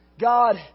God